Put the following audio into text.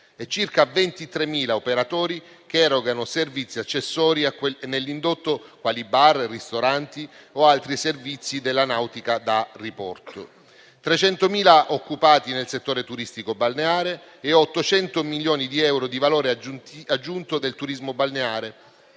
e circa 23.000 operatori che erogano servizi accessori nell'indotto, quali bar, ristoranti o altri servizi della nautica da diporto. Gli occupati nel settore turistico balneare sono 300.000 e il valore aggiunto del comparto